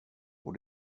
och